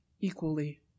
equally